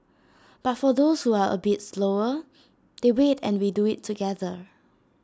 but for those who are A bit slower they wait and we do IT together